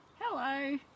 Hello